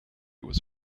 was